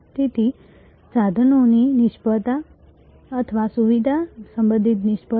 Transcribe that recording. તેથી સાધનોની નિષ્ફળતા અથવા સુવિધા સંબંધિત નિષ્ફળતા